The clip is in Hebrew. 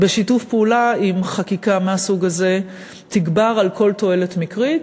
בשיתוף פעולה עם חקיקה מהסוג הזה תגבר על כל תועלת מקרית.